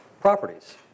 properties